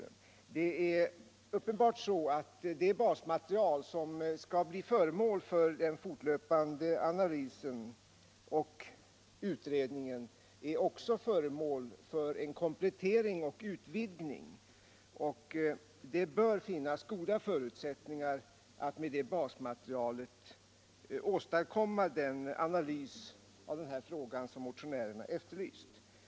Uppenbarligen är det så att det basmaterial som skall bli föremål för den fortlöpande analysen och utredningen också håller på att kompletteras och utvidgas. Det bör finnas goda förutsättningar att med det basmaterialet åstadkomma den analys av den här frågan som motionärerna efterlyst.